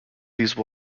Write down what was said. these